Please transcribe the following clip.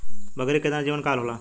बकरी के केतना जीवन काल होला?